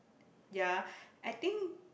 ya I think